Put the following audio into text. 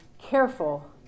careful